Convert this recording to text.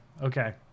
okay